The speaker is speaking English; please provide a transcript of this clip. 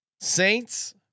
Saints